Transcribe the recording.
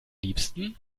liebsten